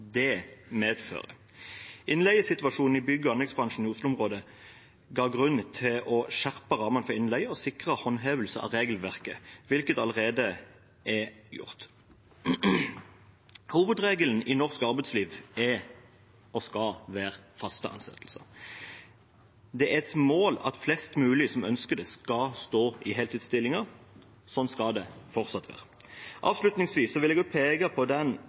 det medfører. Innleiesituasjonen i bygg- og anleggsbransjen i Oslo-området ga grunn til å skjerpe rammene for innleie og sikre håndhevelse av regelverket, hvilket allerede er gjort. Hovedregelen i norsk arbeidsliv er og skal være faste ansettelser. Det er et mål at flest mulig som ønsker det, skal stå i heltidsstillinger. Sånn skal det fortsatt være. Avslutningsvis vil jeg også peke på, som det har blitt gjort tidligere her, den